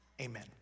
Amen